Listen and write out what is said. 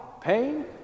pain